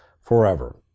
forever